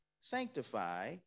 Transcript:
sanctify